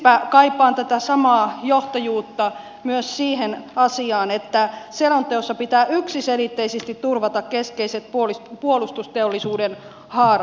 siksipä kaipaan tätä samaa johtajuutta myös siihen asiaan että selonteossa pitää yksiselitteisesti turvata keskeiset puolustusteollisuuden haarat